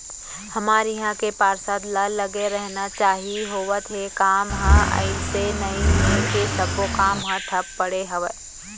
हमर इहाँ के पार्षद ल लगे रहना चाहीं होवत हे काम ह अइसे नई हे के सब्बो काम ह ठप पड़े हवय